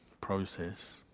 process